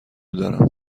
دارم